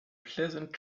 pleasant